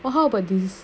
well how about this